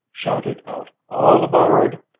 shouted out all aboard!